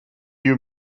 you